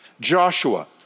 Joshua